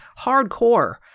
hardcore